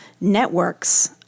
networks